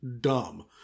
Dumb